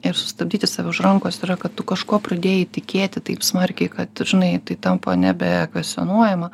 ir sustabdyti save už rankos yra kad tu kažkuo pradėjai tikėti taip smarkiai kad žinai tai tampa nebe kvestionuojama